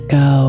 go